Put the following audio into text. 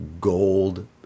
gold